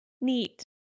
Neat